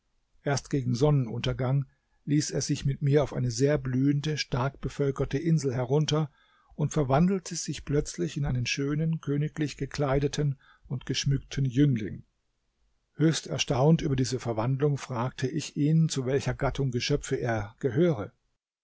erst gegen sonnenuntergang ließ er sich mit mir auf eine sehr blühende stark bevölkerte insel herunter und verwandelte sich plötzlich in einen schönen königlich gekleideten und geschmückten jüngling höchst erstaunt über diese verwandlung fragte ich ihn zu welcher gattung geschöpfe er gehöre